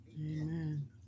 Amen